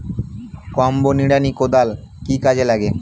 Combo নিড়ানি কোদাল কি কাজে লাগে?